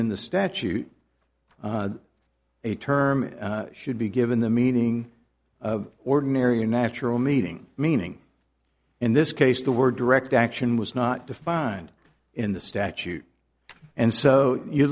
in the statute a term should be given the meaning of ordinary a natural meeting meaning in this case the word direct action was not defined in the statute and so you